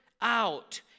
out